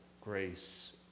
grace